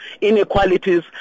inequalities